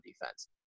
defense